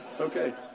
Okay